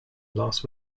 las